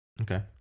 Okay